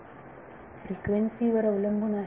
विद्यार्थी फ्रिक्वेन्सी वर अवलंबून आहे